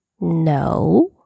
No